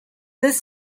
this